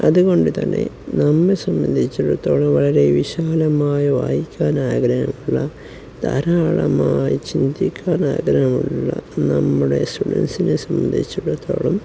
അതുകൊണ്ടുതന്നെ നമ്മെ സംബന്ധിച്ചിടത്തോളം വളരെ വിശാലമായി വായിക്കാനാഗ്രഹമുള്ള ധാരാളമായി ചിന്തിക്കാനാഗ്രഹമുള്ള നമ്മുടെ സ്റ്റുഡൻസിനെ സംബന്ധിച്ചിടത്തോളം